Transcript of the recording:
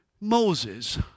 Moses